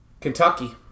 Kentucky